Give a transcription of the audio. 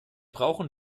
brauchen